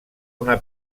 una